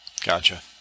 Gotcha